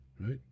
right